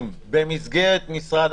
לא היה פיזור.